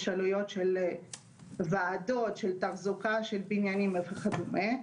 יש עלויות של ועדות, של תחזוקה של בניינים וכדומה.